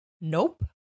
nope